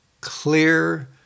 clear